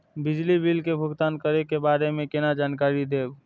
बिजली बिल के भुगतान करै के बारे में केना जानकारी देब?